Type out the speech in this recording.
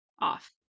off